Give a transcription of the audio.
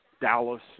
Dallas